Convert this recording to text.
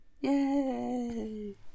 yay